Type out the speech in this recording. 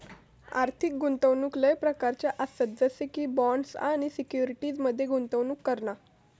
आर्थिक गुंतवणूक लय प्रकारच्ये आसत जसे की बॉण्ड्स आणि सिक्युरिटीज मध्ये गुंतवणूक करणा